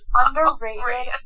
underrated